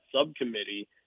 subcommittee